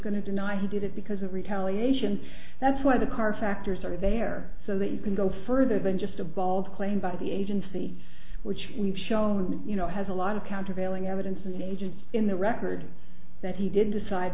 going to deny he did it because of retaliation that's one of the car factors are there so that you can go for further than just a bald claim by the agency which we've shown you know has a lot of countervailing evidence and ages in the record that he did decide